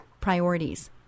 priorities